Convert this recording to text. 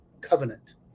covenant